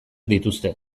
dituzte